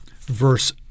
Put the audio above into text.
verse